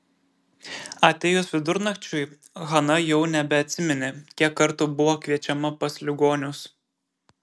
atėjus vidurnakčiui hana jau nebeatsiminė kiek kartų buvo kviečiama pas ligonius